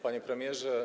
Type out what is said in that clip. Panie Premierze!